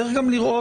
צריך גם לראות